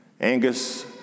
Angus